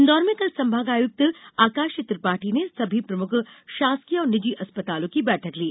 इन्दौर में कल संभाग आयुक्त आकाश त्रिपाठी ने सभी प्रमुख शासकीय और निजी अस्पतालों की बैठक ली